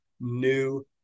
new